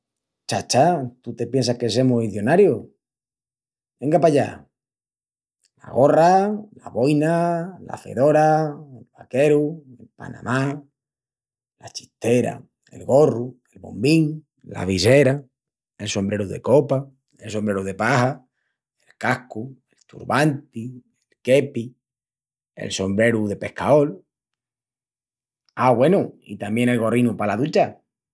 Chacha, tú te piensas que semus izionarius! Enga pallá: la gorra, la boina, la fedora, el vaqueru, el panamá, la chistera, el gorru, el bombín, la visera, el sombreru de copa, el sombreru de paja, el cascu, el turbanti, el kepi, el sombreru de pescaol... Á, güenu, i tamién el gorrinu pala ducha.